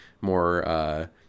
more –